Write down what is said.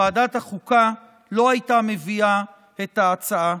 ועדת החוקה לא הייתה מביאה את ההצעה.